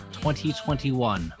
2021